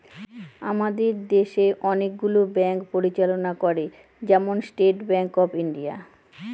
আমাদের দেশে অনেকগুলো ব্যাঙ্ক পরিচালনা করে, যেমন স্টেট ব্যাঙ্ক অফ ইন্ডিয়া